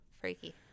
Freaky